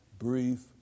brief